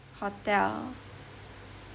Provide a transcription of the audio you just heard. hotel